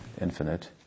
infinite